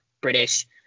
British